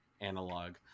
analog